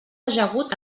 ajagut